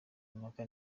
impaka